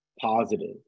positive